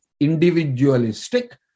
individualistic